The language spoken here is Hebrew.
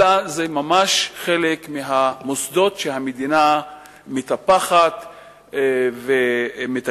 אלא זה ממש חלק מהמוסדות שהמדינה מטפחת ומתקצבת.